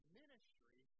ministry